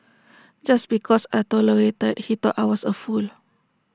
just because I tolerated he thought I was A fool